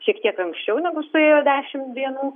šiek tiek anksčiau negu suėjo dešimt dienų